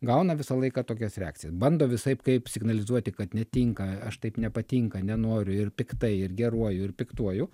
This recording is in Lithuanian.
gauna visą laiką tokias reakcijas bando visaip kaip signalizuoti kad netinka aš taip nepatinka nenoriu ir piktai ir geruoju ir piktuoju